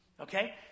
Okay